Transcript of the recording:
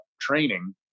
training